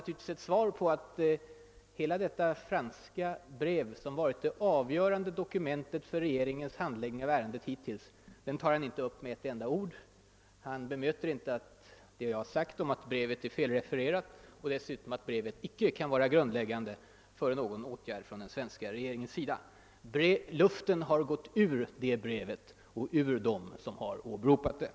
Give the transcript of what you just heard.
Men det franska brev, som varit det avgörande dokumentet för regeringens handläggning av ärendet, berör han själv inte med ett ord. Han bemöter inte vad jag har sagt om att brevet är felrefererat och inte kan vara grundläggande för någon åtgärd av den svenska regeringen. Luften har gått ur det brevet och dem som har åberopat det!